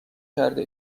کرده